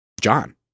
John